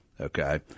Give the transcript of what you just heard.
Okay